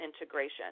integration